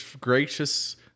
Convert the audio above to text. gracious